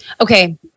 Okay